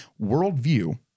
worldview